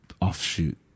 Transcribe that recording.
offshoot